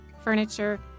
furniture